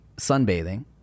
sunbathing